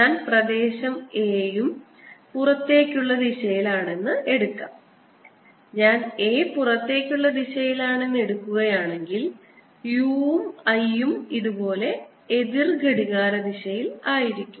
ഞാൻ പ്രദേശം A യും പുറത്തേക്കുള്ള ദിശയിൽ ആണെന്ന് എടുക്കുന്നു ഞാൻ A പുറത്തേക്കുള്ള ദിശയിൽ ആണെന്ന് എടുക്കുകയാണെങ്കിൽ u ഉം l ഉം ഇതുപോലെ എതിർ ഘടികാരദിശയിൽ ആയിരിക്കും